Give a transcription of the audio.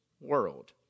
world